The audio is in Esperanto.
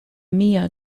mia